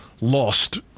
lost